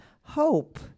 hope